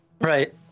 Right